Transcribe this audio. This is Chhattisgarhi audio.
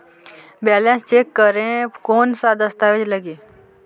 बैलेंस चेक करें कोन सा दस्तावेज लगी?